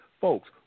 folks